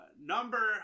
number